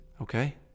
Okay